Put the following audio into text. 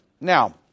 Now